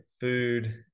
food